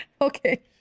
Okay